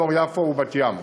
אזור יפו ובת-ים.